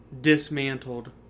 dismantled